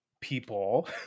people